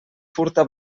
furta